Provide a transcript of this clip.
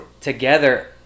together